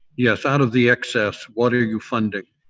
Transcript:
yes, out of the excess, what are you funding?